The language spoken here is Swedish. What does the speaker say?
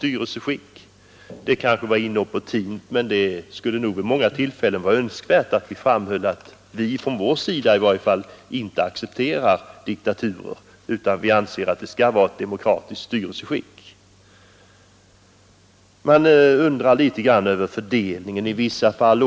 Det kanske hade varit inopportunt att göra det, men det skulle vid många tillfällen vara önskvärt att vi från vår sida i varje fall inte accepterar diktaturer, eftersom vi anser att styrelseskicket skall vara demokratiskt. Man undrar också över fördelningen av biståndet i vissa fall.